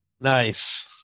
Nice